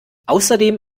außerdem